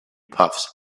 puffs